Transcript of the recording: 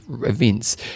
events